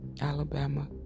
Alabama